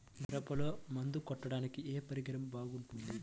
మిరపలో మందు కొట్టాడానికి ఏ పరికరం బాగుంటుంది?